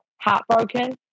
heartbroken